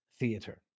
theater